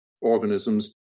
organisms